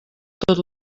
tot